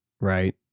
right